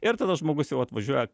ir tada žmogus jau atvažiuoja